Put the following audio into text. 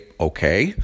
okay